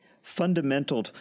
Fundamental